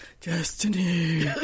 Destiny